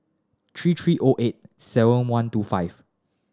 three three O eight seven one two five